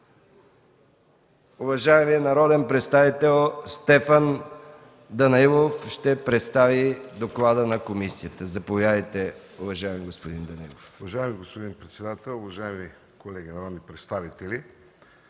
Уважаемият народен представител Стефан Данаилов ще представи доклада на комисията. Заповядайте, уважаеми господин Данаилов. ДОКЛАДЧИК СТЕФАН ДАНАИЛОВ: Уважаеми господин председател, уважаеми колеги народни представители!